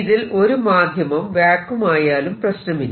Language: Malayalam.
ഇതിൽ ഒരു മാധ്യമം വാക്വം ആയാലും പ്രശ്നമില്ല